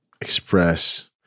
express